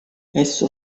esso